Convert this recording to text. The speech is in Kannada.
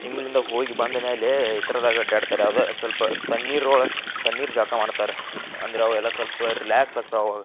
ಜಿಮ್ಮಿಂದ ಹೋಗಿ ಬಂದ ಮೇಲೆ ಈ ಥರದಾಗ ಅಡ್ಯಾಡ್ತಾರೆ ಅದ ಸ್ವಲ್ಪ ತಣ್ಣೀರೋಳ್ ತಣ್ಣೀರ್ ಜಳಕ ಮಾಡ್ತಾರೆ ಅಂದ್ರೆ ಅವೆಲ್ಲ ಸ್ವಲ್ಪ ರಿಲ್ಯಾಕ್ಸ್ ಆಗ್ತಾವೆ